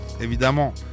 évidemment